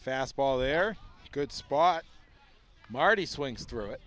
fastball there good spot marty swings through it